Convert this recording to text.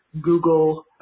Google